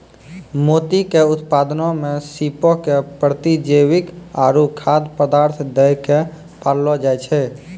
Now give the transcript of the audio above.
मोती के उत्पादनो मे सीपो के प्रतिजैविक आरु खाद्य पदार्थ दै के पाललो जाय छै